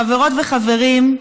חברות וחברים,